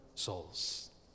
souls